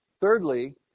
Thirdly